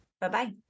Bye-bye